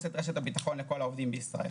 את רשת הביטחון לכל העובדים בישראל.